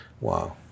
Wow